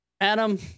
adam